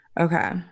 Okay